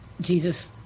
Jesus